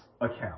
account